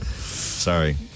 Sorry